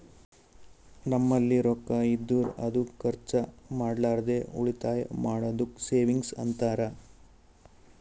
ನಂಬಲ್ಲಿ ರೊಕ್ಕಾ ಇದ್ದುರ್ ಅದು ಖರ್ಚ ಮಾಡ್ಲಾರ್ದೆ ಉಳಿತಾಯ್ ಮಾಡದ್ದುಕ್ ಸೇವಿಂಗ್ಸ್ ಅಂತಾರ